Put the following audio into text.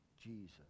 Jesus